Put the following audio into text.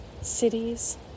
cities